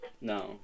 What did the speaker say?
No